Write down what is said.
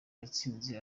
yatsinze